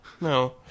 no